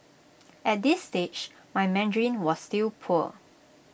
at this stage my Mandarin was still poor